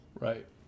Right